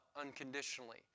unconditionally